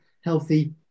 healthy